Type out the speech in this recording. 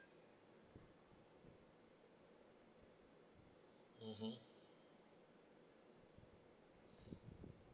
mmhmm